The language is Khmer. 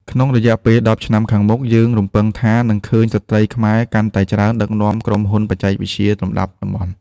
ក្នុងរយៈពេល ១០ ឆ្នាំខាងមុខ យើងរំពឹងថានឹងឃើញស្ត្រីខ្មែរកាន់តែច្រើនដឹកនាំក្រុមហ៊ុនបច្ចេកវិទ្យាលំដាប់តំបន់។